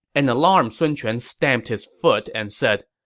an alarmed sun quan stamped his foot and said,